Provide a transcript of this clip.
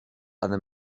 other